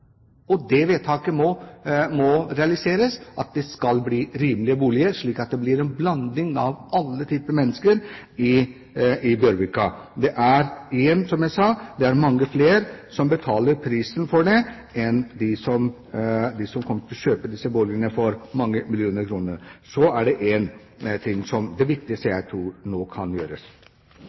og det vedtaket må realiseres – at det skal være rimelige boliger i Bjørvika, slik at det blir en blanding av alle typer mennesker der. Det er, som jeg sa, mange flere som betaler prisen for det, enn som kommer til å kjøpe disse boligene for mange millioner kroner. Det viktigste jeg tror en kan gjøre nå, er å se på hvordan vi kan